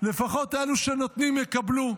אלו שנותנים, יקבלו.